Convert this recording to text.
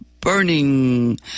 burning